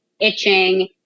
itching